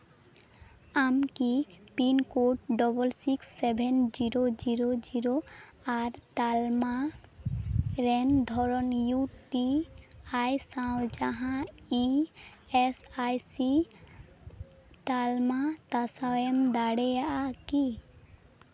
ᱟᱢ ᱠᱤ pin code double six seven zero zero zero ᱟᱨ ᱛᱟᱞᱢᱟ ᱨᱮᱱᱟᱜ ᱫᱷᱚᱨᱚᱱ ᱤᱭᱩ ᱴᱤ ᱟᱭ ᱥᱟᱶ ᱡᱟᱦᱟᱸ ᱤ ᱮᱥ ᱟᱭ ᱥᱤ ᱛᱟᱞᱢᱟ ᱛᱟᱥᱟᱣ ᱮᱢ ᱫᱟᱲᱮᱭᱟᱜᱼᱟ ᱠᱤ